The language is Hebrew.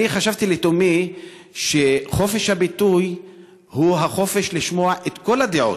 אני חשבתי לתומי שחופש הביטוי הוא החופש לשמוע את כל הדעות,